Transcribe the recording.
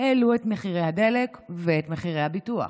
העלו את מחירי הדלק ואת מחירי הביטוח,